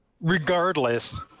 regardless